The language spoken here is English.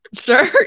sure